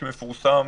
כי מפורסם,